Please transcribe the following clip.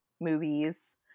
movies